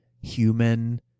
human